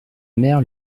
mère